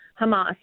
Hamas